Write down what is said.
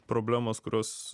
problemos kurios